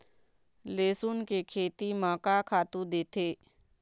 लेसुन के खेती म का खातू देथे?